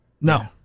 No